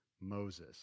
Moses